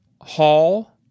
hall